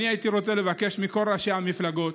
אני הייתי רוצה לבקש מכל ראשי המפלגות,